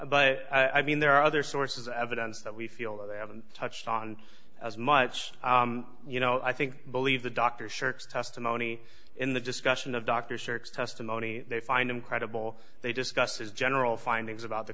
but i mean there are other sources of evidence that we feel that they haven't touched on as much you know i think believe the doctor shirks testimony in the discussion of dr shirks testimony they find him credible they discussed his general findings about the